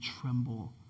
tremble